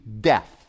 death